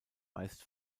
meist